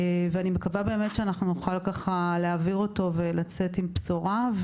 אני מקווה שאנחנו נוכל להעביר אותו ולצאת עם בשורה.